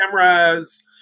cameras